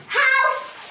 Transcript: house